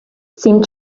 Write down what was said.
seemed